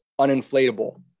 uninflatable